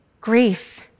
grief